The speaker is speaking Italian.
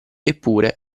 eppure